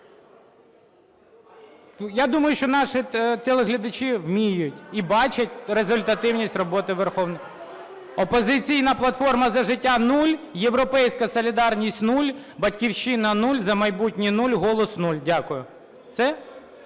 Я думаю, що наші телеглядачі вміють і бачать результативність роботи Верховної Ради. "Опозиційна платформа – За життя" – 0, "Європейська солідарність" – 0, "Батьківщина" – 0, "За майбутнє" – 0, "Голос" – 0. Дякую. Все?